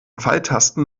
pfeiltasten